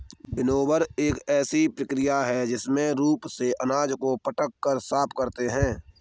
winnower एक ऐसी प्रक्रिया है जिसमें रूप से अनाज को पटक कर साफ करते हैं